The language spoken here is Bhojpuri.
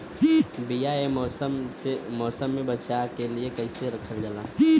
बीया ए मौसम में बचा के कइसे रखल जा?